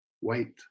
wait